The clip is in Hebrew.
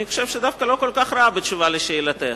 אני חושב שדווקא לא כל כך רע, בתשובה על שאלתך.